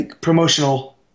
promotional